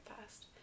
fast